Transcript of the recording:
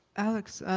alex,